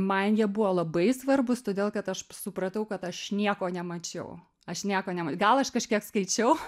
man jie buvo labai svarbūs todėl kad aš supratau kad aš nieko nemačiau aš nieko gal aš kažkiek skaičiau